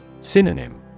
Synonym